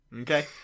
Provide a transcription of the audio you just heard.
Okay